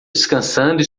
descansando